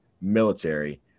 military